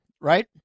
right